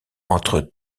entre